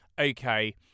okay